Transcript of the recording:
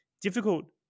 difficult